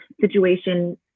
situation